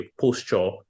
posture